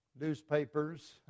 newspapers